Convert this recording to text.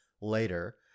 later